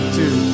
two